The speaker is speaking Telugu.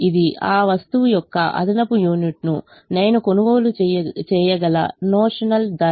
ఇది ఆ వస్తువు యొక్క అదనపు యూనిట్ను నేను కొనుగోలు చేయగల నోషనల్ ధర